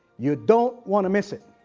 you don't wanna miss it.